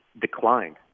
declined